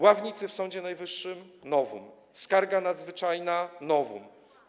Ławnicy w Sądzie Najwyższym - novum, skarga nadzwyczajna - novum.